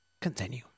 Continue